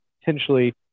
potentially